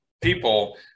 people